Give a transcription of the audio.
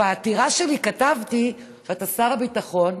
בעתירה שלי כתבתי שאתה שר הביטחון,